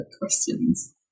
questions